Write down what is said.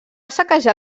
saquejar